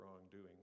wrongdoing